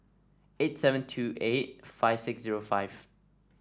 eight seven two eight five six zero five